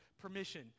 permission